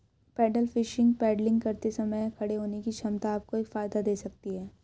pedal fishing paddling करते समय खड़े होने की क्षमता आपको एक फायदा दे सकती है